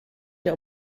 der